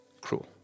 cruel